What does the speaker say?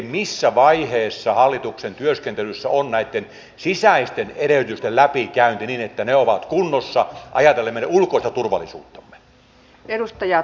missä vaiheessa hallituksen työskentelyssä on näitten sisäisten edellytysten läpikäynti niin että ne ovat kunnossa ajatellen meidän ulkoista turvallisuuttamme